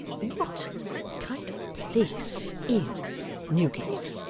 what kind of place is newgate